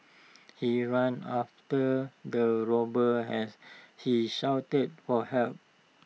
he ran after the robber as he shouted for help